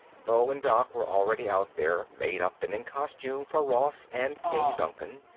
beau and doc were already out there, made up and in costume for ross and king duncan.